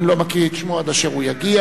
אני לא מקריא את שמו עד אשר הוא יגיע.